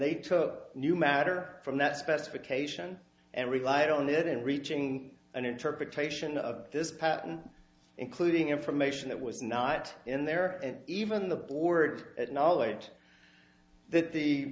they took new matter from that specification and relied on it in reaching an interpretation of this patent including information that was not in there and even the board at knowledge that the